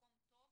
ממקום טוב,